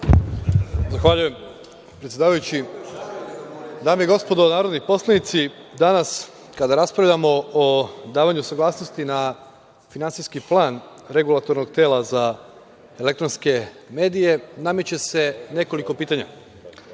Zahvaljujem, predsedavajući. Dame i gospodo narodni poslanici, danas kada raspravljamo o davanju saglasnosti na Finansijski plan Regulatornog tela za elektronske medije nameće se nekoliko pitanja. Da